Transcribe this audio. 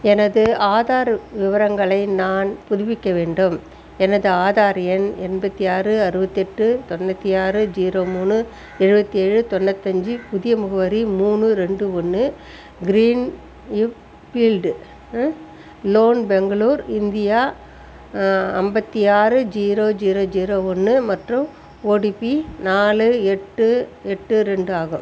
எனது ஆதார் விவரங்களை நான் புதுப்பிக்க வேண்டும் எனது ஆதார் எண் எண்பத்தி ஆறு அறுபத்தெட்டு தொண்ணூற்றி ஆறு ஜீரோ மூணு எழுபத்தி ஏழு தொண்ணூத்தஞ்சு புதிய முகவரி மூணு ரெண்டு ஒன்று க்ரீன்யுஃபீல்டு லோன் பெங்களூர் இந்தியா ஐம்பத்தி ஆறு ஜீரோ ஜீரோ ஜீரோ ஒன்று மற்றும் ஓடிபி நாலு எட்டு எட்டு ரெண்டு ஆகும்